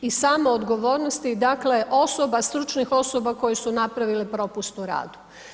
I same odgovornosti dakle, osoba, stručnih osoba koje su napravile propust u radu.